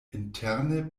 interne